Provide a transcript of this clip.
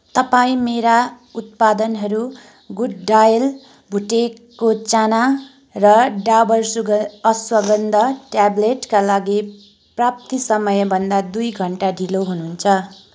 तपाईँ मेरा उत्पादनहरू गुड डायट भुटेको चाना र डाबर सुग अश्वगन्धा ट्याबलेटका लागि प्राप्ति समयभन्दा दुई घन्टा ढिलो हुनुहुन्छ